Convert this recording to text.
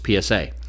PSA